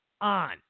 on